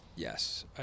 yes